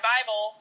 Bible